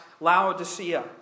Laodicea